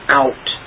out